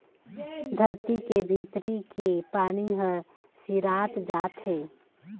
धरती के भीतरी के पानी हर सिरात जात हे